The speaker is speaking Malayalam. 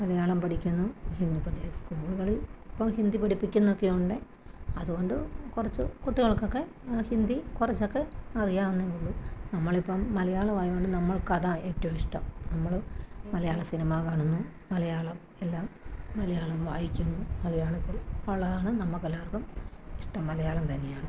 മലയാളം പഠിക്കുന്നു ഇപ്പോള് ദേ സ്കൂളുകളിൽ ഇപ്പോള് ഹിന്ദി പഠിപ്പിക്കുന്നൊക്കെയുണ്ട് അതുകൊണ്ട് കുറച്ച് കുട്ടികൾക്കൊക്കെ ഹിന്ദി കുറച്ചൊക്കെ അറിയാമെന്നേ ഉള്ളു നമ്മളിപ്പോള് മലയാളമായതുകൊണ്ട് നമ്മൾക്കതാണ് ഏറ്റവും ഇഷ്ടം നമ്മള് മലയാളം സിനിമാ കാണുന്നു മലയാളം എല്ലാം മലയാളം വായിക്കുന്നു മലയാളത്തിൽ ഉള്ളതാണ് നമ്മള്ക്കെല്ലാവർക്കും ഇഷ്ടം മലയാളം തന്നെയാണ്